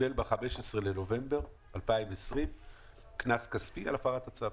קיבל ב-15 בנובמבר 2020 קנס כספי על הפרת הצו.